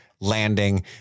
landing